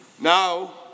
now